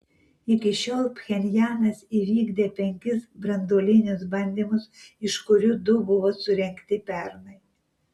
iki šiol pchenjanas įvykdė penkis branduolinius bandymus iš kurių du buvo surengti pernai